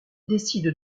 décident